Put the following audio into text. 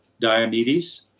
Diomedes